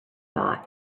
thought